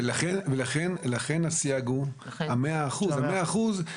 לכן הסייג הוא ה-100 אחוזים.